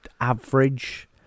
average